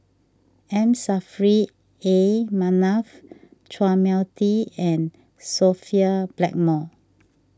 M Saffri A Manaf Chua Mia Tee and Sophia Blackmore